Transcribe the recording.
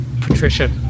patricia